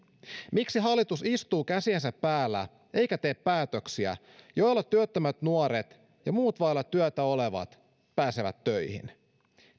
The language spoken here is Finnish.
miksi hallitus istuu käsiensä päällä eikä tee päätöksiä joilla työttömät nuoret ja muut vailla työtä olevat pääsevät töihin